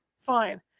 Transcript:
Fine